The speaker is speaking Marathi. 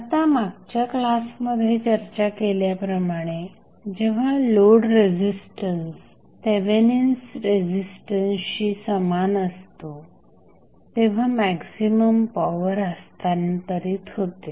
आता मागच्या क्लासमध्ये चर्चा केल्याप्रमाणे जेव्हा लोड रेझिस्टन्स थेवेनिन्स रेझिस्टन्सशी समान असतो तेव्हा मॅक्झिमम पॉवर हस्तांतरित होते